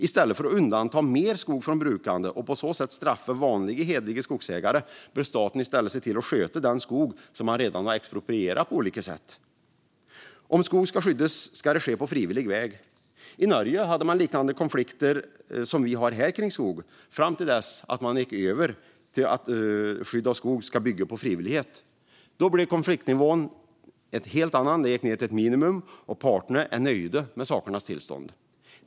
I stället för att undanta mer skog från brukande och på så sätt straffa vanliga hederliga skogsägare bör staten se till att sköta den skog man redan har exproprierat på olika sätt. Om skog ska skyddas ska det ske på frivillig väg. I Norge hade man liknande konflikter som vi har här kring skogen fram till dess att man gick över till att skydd av skog ska bygga på frivillighet. Då blev konfliktnivån en helt annan. Den gick ned till ett minimum, och parterna är nöjda med sakernas tillstånd.